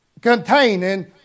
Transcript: containing